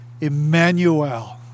Emmanuel